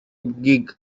gig